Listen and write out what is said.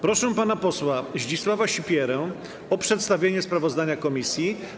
Proszę pana posła Zdzisława Sipierę o przedstawienie sprawozdania komisji.